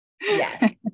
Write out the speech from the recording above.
Yes